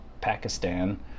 Pakistan